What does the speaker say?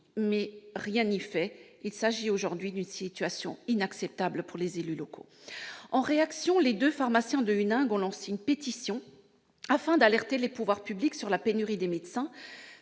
Mais rien n'y a fait ! La situation est aujourd'hui inacceptable pour les élus locaux ! En réaction, les deux pharmaciens de Huningue ont lancé une pétition afin d'alerter les pouvoirs publics sur la pénurie de médecins.